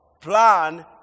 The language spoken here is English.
plan